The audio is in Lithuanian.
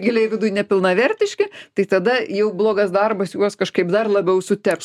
giliai viduj nepilnavertiški tai tada jau blogas darbas juos kažkaip dar labiau suteps